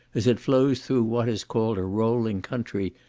as it flows through what is called a rolling country,